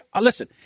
Listen